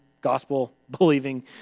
gospel-believing